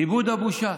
איבוד הבושה.